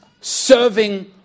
serving